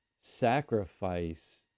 sacrifice